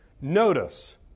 Notice